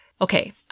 Okay